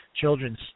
children's